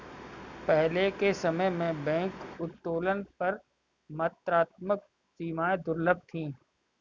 पहले के समय में बैंक उत्तोलन पर मात्रात्मक सीमाएं दुर्लभ थीं